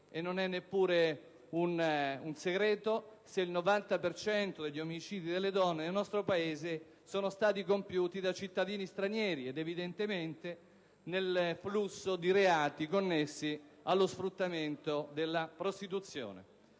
non è un segreto che il 90 per cento degli omicidi delle donne nel nostro Paese è stato compiuto da cittadini stranieri ed, evidentemente, nel flusso dei reati connessi allo sfruttamento della prostituzione.